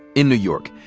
in new york,